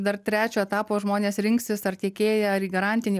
dar trečio etapo žmonės rinksis ar tiekėją ar į garantinį